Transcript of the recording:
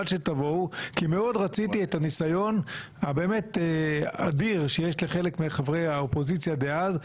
בגלל הניסיון האדיר שיש לחלק מחברי האופוזיציה דאז,